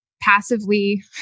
passively